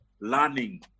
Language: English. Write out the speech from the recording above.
learning